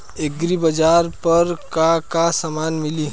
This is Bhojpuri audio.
एग्रीबाजार पर का का समान मिली?